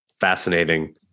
fascinating